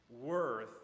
worth